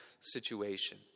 situation